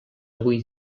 avui